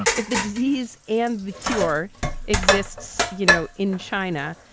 if the disease and the cure exists, you know, in china,